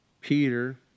Peter